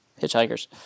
Hitchhikers